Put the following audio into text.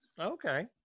Okay